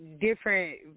different